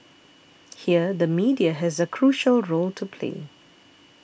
here the media has a crucial role to play